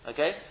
Okay